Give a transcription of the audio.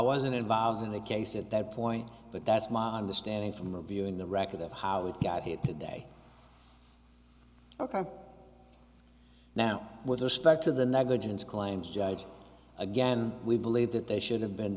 wasn't involved in the case at that point but that's my understanding from a viewing the record of how we got here today ok now with respect to the negligence claims judge again we believe that they should have been